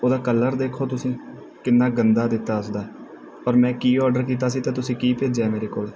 ਉਹਦਾ ਕਲਰ ਦੇਖੋ ਤੁਸੀਂ ਕਿੰਨਾ ਗੰਦਾ ਦਿੱਤਾ ਉਸਦਾ ਪਰ ਮੈਂ ਕੀ ਆਰਡਰ ਕੀਤਾ ਸੀ ਤਾਂ ਤੁਸੀਂ ਕੀ ਭੇਜਿਆ ਮੇਰੇ ਕੋਲ